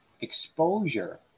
exposure